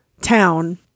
town